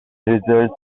rules